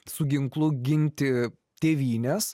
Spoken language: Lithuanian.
su ginklu ginti tėvynės